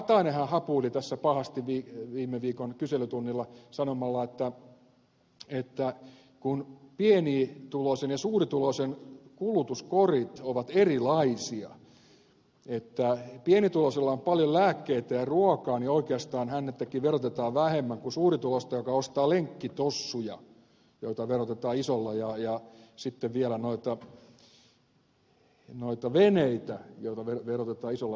katainenhan hapuili tässä pahasti viime viikon kyselytunnilla sanomalla että kun pienituloisen ja suurituloisen kulutuskorit ovat erilaisia pienituloisella on paljon lääkkeitä ja ruokaa niin oikeastaan häntäkin verotetaan vähemmän kuin suurituloista joka ostaa lenkkitossuja joita verotetaan isolla prosentilla ja sitten vielä noita veneitä joita verotetaan isolla prosentilla